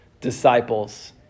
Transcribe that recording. disciples